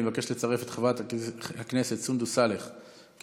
אני מבקש לצרף את חברת הכנסת סונדוס סאלח כתומכת,